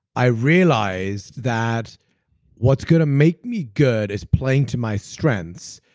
i realized that what's going to make me good is playing to my strengths.